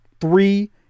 Three